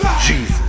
Jesus